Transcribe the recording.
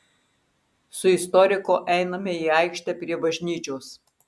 su istoriku einame į aikštę prie bažnyčios